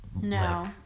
No